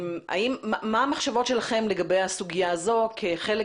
מה המחשבות שלכם לגבי הסוגיה הזאת כחלק